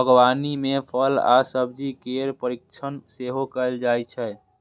बागवानी मे फल आ सब्जी केर परीरक्षण सेहो कैल जाइ छै